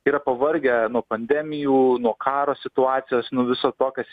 yra pavargę nuo pandemijų nuo karo situacijos nuo viso to kas